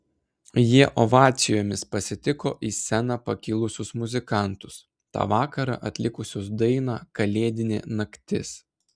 jie ovacijomis pasitiko į sceną pakilusius muzikantus tą vakarą atlikusius dainą kalėdinė naktis